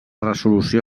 resolució